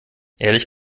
ehrlich